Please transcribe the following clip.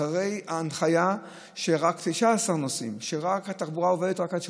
אחרי ההנחיה שיהיו רק 19